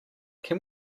can